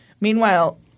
Meanwhile